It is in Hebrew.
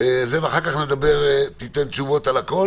ואחר כך תיתן תשובות על הכול